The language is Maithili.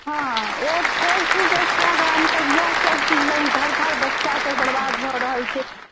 हँ ओ फेसबुक ईन्स्टाग्राम सब इएह सब चीज लङ्ग घर घर बच्चासब बरबाद भऽ रहल छै